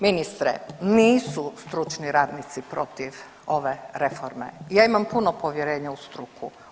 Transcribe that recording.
Ministre, nisu stručni radnici protiv ove reforme, ja imam puno povjerenja u struku.